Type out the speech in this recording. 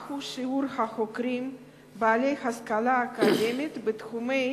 מהו שיעור החוקרים בעלי השכלה אקדמית בתחומי